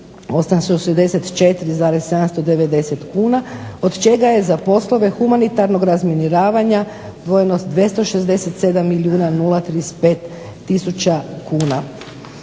milijuna 864,790 kn od čega je za poslove humanitarnog razminiravanja izdvojeno 267 milijuna 035000 kuna.